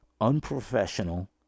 unprofessional